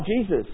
Jesus